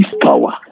power